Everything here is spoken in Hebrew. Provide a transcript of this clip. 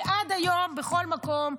ועד היום בכל מקום,